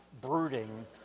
brooding